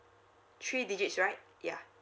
three digits right yeah